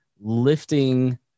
lifting